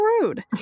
rude